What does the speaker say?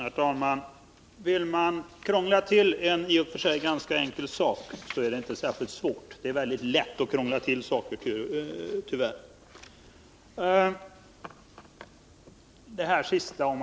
Herr talman! Vill man krångla till en i och för sig ganska enkel sak är det inte särskilt svårt. Snarare är det väldigt lätt att krångla till saker. Beträffande det som Hilding Johansson sist tog upp.